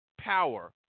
power